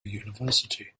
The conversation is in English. university